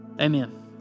amen